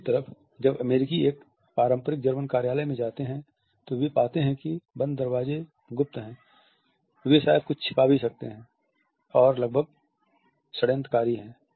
दूसरी तरफ जब अमेरिकी एक पारंपरिक जर्मन कार्यालय में जाते हैं तो वे पाते हैं कि बंद दरवाज़े गुप्त हैं वे शायद कुछ छिपा भी सकते हैं जो लगभग षड्यंत्रकारी है